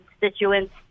constituents